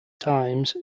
times